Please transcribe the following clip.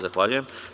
Zahvaljujem.